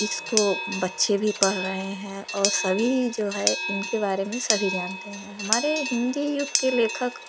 इसको बच्चे भी पढ़ रहे हैं और सभी जो है इनके बारे में सभी जानते हैं हमारे हिंदी युग के लेखक